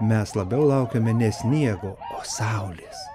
mes labiau laukiame ne sniego o saulės